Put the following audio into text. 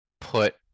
put